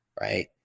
right